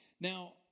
now